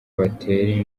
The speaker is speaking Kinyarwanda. batera